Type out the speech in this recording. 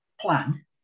plan